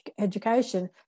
education